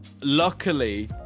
luckily